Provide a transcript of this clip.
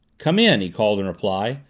come in, he called in reply.